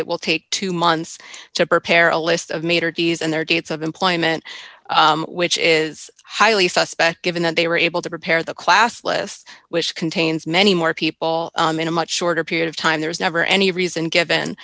it will take two months to prepare a list of major d s and their dates of employment which is highly suspect given that they were able to prepare the class list which contains many more people in a much shorter period of time there's never any reason given